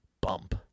Bump